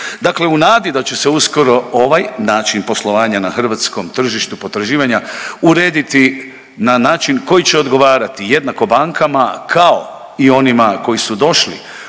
Dakle, u nadi da će uskoro ovaj način poslovanja na hrvatskom tržištu potraživanja urediti na način koji će odgovarati jednako bankama kao i onima koji su došli